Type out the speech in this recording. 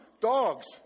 Dogs